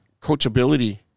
coachability